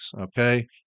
Okay